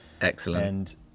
Excellent